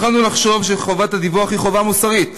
יכולנו לחשוב שחובת הדיווח היא חובה מוסרית,